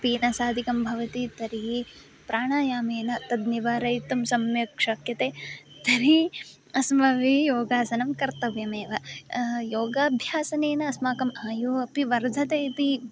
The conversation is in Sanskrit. पीनसादिकं भवति तर्हि प्राणायामेन तद् निवारयितुं सम्यक् शक्यते तर्हि अस्माभिः योगासनं कर्तव्यमेव योगाभ्यासनेन अस्माकम् आयुः अपि वर्धते इति